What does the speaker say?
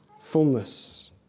fullness